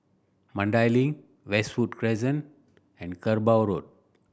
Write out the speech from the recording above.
Mandai Link Westwood Crescent and Kerbau Road